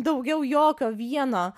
daugiau jokio vieno